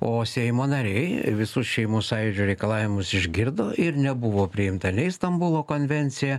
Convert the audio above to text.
o seimo nariai visus šeimų sąjūdžio reikalavimus išgirdo ir nebuvo priimta nei stambulo konvencija